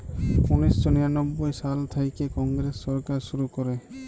উনিশ শ নিরানব্বই সাল থ্যাইকে কংগ্রেস সরকার শুরু ক্যরে